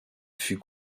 fut